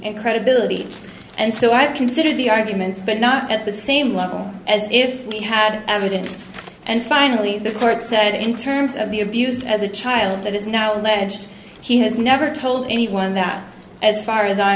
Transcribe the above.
and credibility and so i've considered the arguments but not at the same level as if he had evidence and finally the court said in terms of the abuse as a child that is now alleged he has never told anyone that as far as i